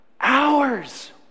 hours